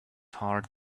heart